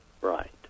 right